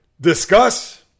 discuss